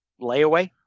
Layaway